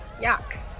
Yuck